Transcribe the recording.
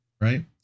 right